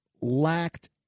lacked